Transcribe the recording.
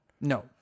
No